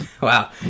Wow